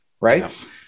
right